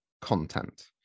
content